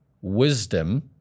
wisdom